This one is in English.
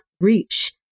reach